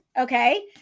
Okay